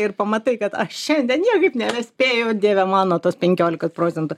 ir pamatai kad šiandien niekaip nebespėjau dieve mano tuos penkiolikos procentų